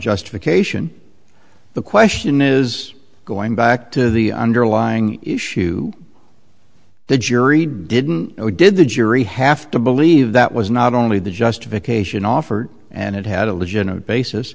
justification the question is going back to the underlying issue the jury didn't know did the jury have to believe that was not only the justification offered and it had a legitimate basis